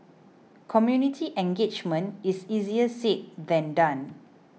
community engagement is easier said than done